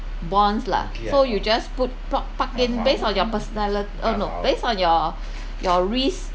bonds lah so you just put park park in based on your personali~ uh no based on your your risk